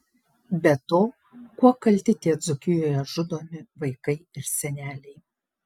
be to kuo kalti tie dzūkijoje žudomi vaikai ir seneliai